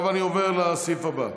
עכשיו אני עובר לסעיף הבא,